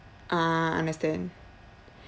ah understand